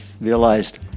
realized